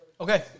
Okay